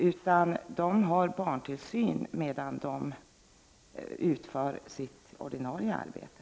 Dessa yrkesutövare har barntillsyn medan de utför sitt ordinarie arbete.